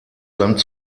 land